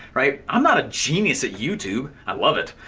right, i'm not a genius at youtube. i love it,